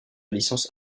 licence